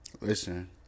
Listen